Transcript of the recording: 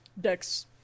dex